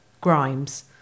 Grimes